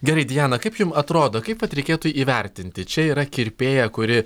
gerai diana kaip jum atrodo kaip vat reikėtų įvertinti čia yra kirpėja kuri